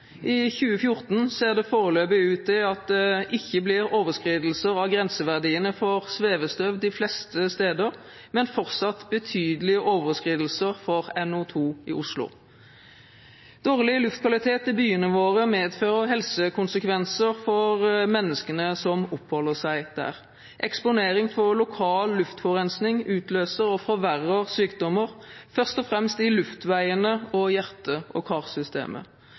I 2014 ser det foreløpig ut til at det ikke blir overskridelser av grenseverdiene for svevestøv de fleste steder, men fortsatt betydelige overskridelser av NO2 i Oslo. Dårlig luftkvalitet i byene våre medfører helsekonsekvenser for menneskene som oppholder seg der. Eksponering av lokal luftforurensning utløser og forverrer sykdommer, først og fremst i luftveiene og